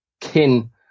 kin